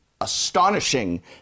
astonishing